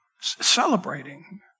celebrating